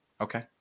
Okay